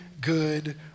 good